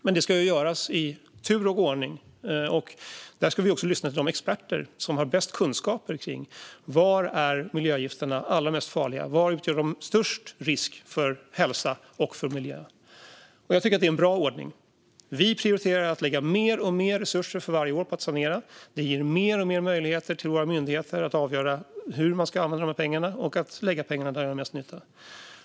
Men det ska göras i tur och ordning, och vi ska lyssna på de experter som har bäst kunskaper om var miljögifterna är allra farligast och var de utgör störst risk för hälsa och miljö. Jag tycker att det är en bra ordning. Vi prioriterar att lägga mer och mer resurser varje år på att sanera. Vi ger mer och mer möjligheter till våra myndigheter att avgöra hur man ska använda de pengarna och att lägga pengarna där de gör mest nytta.